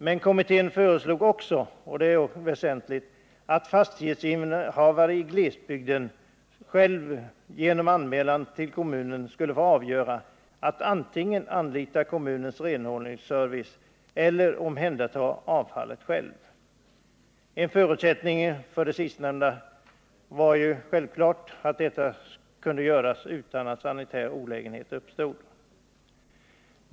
Men kommittén föreslog också, och det är väsentligt, att fastighetsinnehavare i glesbygden själv genom anmälan till kommunen skulle få avgöra om han ville anlita kommunens renhållningsservice eller omhänderta avfallet själv. En förutsättning för det sistnämnda var självfallet att detta kunde göras utan att sanitär olägenhet uppstod.